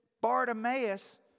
Bartimaeus